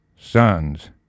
sons